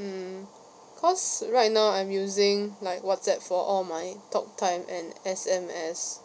mm because right now I'm using like WhatsApp for all my talk time and S_M_S